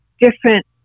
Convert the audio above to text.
different